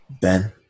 ben